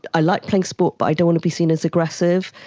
i like playing sport but i don't want to be seen as aggressive.